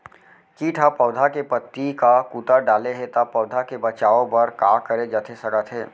किट ह पौधा के पत्ती का कुतर डाले हे ता पौधा के बचाओ बर का करे जाथे सकत हे?